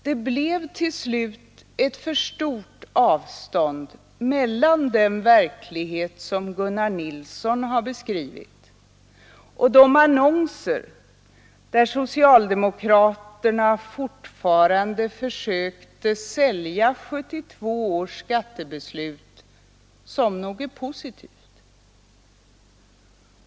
Det blev till sist för stort avstånd mellan den verklighet som Gunnar Nilsson beskrivit och de annonser där socialdemokraterna fortfarande försökte sälja 1972 års skattebeslut som något positivt.